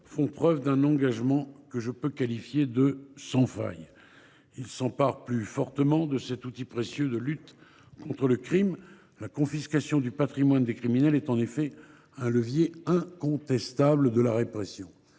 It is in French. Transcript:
font preuve d’un engagement sans faille. Ils s’emparent plus fortement de cet outil précieux de lutte contre le crime. La confiscation du patrimoine des criminels est, en effet, un levier incontestable de la répression.